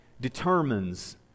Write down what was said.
determines